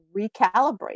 recalibrate